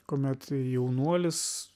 kuomet jaunuolis